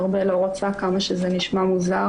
הרבה לא רוצה, כמה שזה נשמע מוזר.